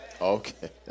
okay